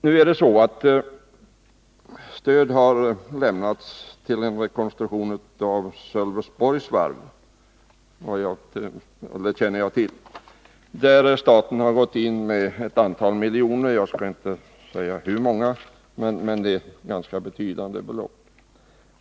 Nu är det så att stöd har lämnats till en rekonstruktion av Sölvesborgs varv, och det känner jag till. Staten har där gått in med ett antal miljoner — jag skall inte nämna hur många, men det är fråga om ganska betydande belopp.